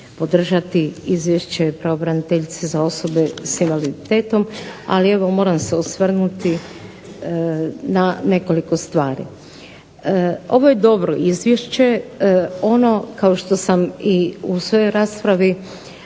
podržati izvješće pravobraniteljice za osobe s invaliditetom, ali evo moram se osvrnuti na nekoliko stvari. Ovo je dobro izvješće, ono kao što sam i u svojoj raspravi